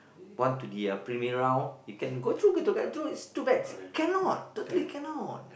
want to the premier round you can go through want to get through it's too bad cannot totally cannot